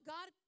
God